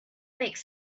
makes